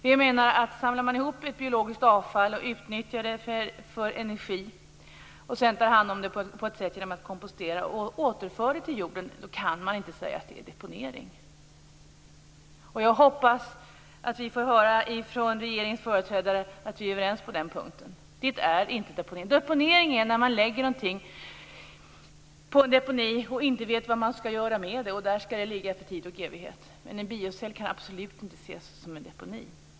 Vi menar att om man samlar ihop biologiskt avfall och utnyttjar det för energi, och sedan tar hand om det genom kompostering och återförande till jorden kan man inte säga att det är deponering. Jag hoppas att vi får höra från regeringens företrädare att vi är överens på den punkten. Det är inte deponering. Deponering är när man lägger något på en deponi och sedan inte vet vad man skall göra med det, och låter det ligga där i tid och evighet. Men en biocell kan absolut inte ses som en deponi.